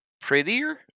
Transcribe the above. prettier